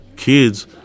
kids